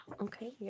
Okay